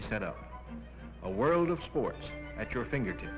be set up a world of sports at your fingertips